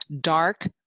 dark